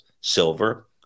silver